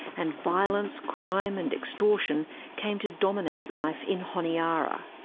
and violence, crime and extortion came to dominate life in honiara.